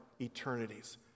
eternities